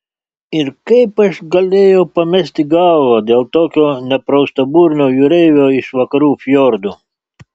ir kaip aš galėjau pamesti galvą dėl tokio nepraustaburnio jūreivio iš vakarų fjordų